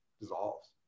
dissolves